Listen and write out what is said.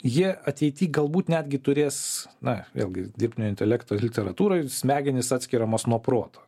jie ateity galbūt netgi turės na vėlgi dirbtinio intelekto literatūra ir smegenys atskiriamos nuo proto